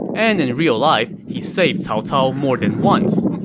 and in real life, he saved cao cao more than once.